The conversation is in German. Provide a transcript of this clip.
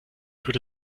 würde